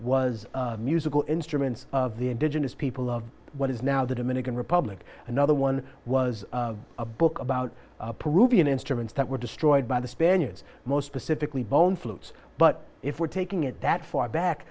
was musical instruments of the indigenous people of what is now the dominican republic another one was a book about peruvian instruments that were destroyed by the spaniards most specifically bone flutes but if we're taking it that far back